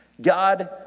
God